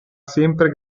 sempre